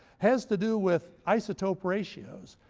has to do with isotope ratios.